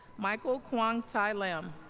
micheal quang thai lam